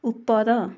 ଉପର